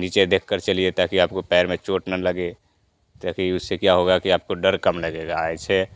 नीचे देखकर चलिए ताकि आपको पैर में चोट न लगे ताकि उससे क्या होगा कि आपको डर कम लगेगा ऐसे